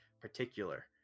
particular